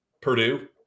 Purdue